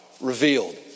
revealed